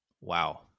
Wow